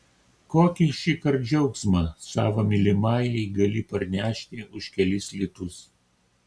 kokį šįkart džiaugsmą savo mylimajai gali parnešti už kelis litus